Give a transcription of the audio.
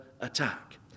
attack